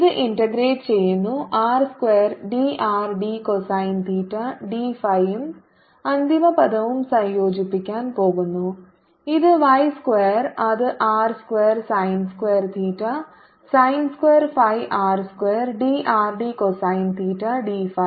ഇത് ഇന്റഗ്രേറ്റ് ചെയ്യുന്നു r square d r d cosine theta d phi യും അന്തിമപദവും സംയോജിപ്പിക്കാൻ പോകുന്നു ഇത് y സ്ക്വയർ അത് r square sine square theta sine square phi r square d r d cosine theta d phi